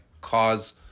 cause